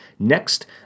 Next